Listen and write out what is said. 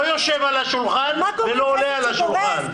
לא יושב על השולחן ולא עולה על השולחן.